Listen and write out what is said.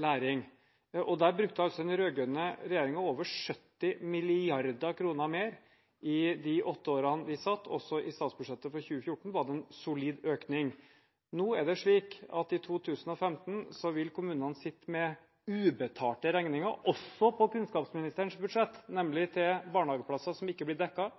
læring. Der brukte den rød-grønne regjeringen over 70 mrd. kr mer i de åtte årene vi satt – også i statsbudsjettet for 2014 var det en solid økning. Nå er det slik at i 2015 vil kommunene sitte med ubetalte regninger, også på kunnskapsministerens budsjett – nemlig til barnehageplasser som ikke blir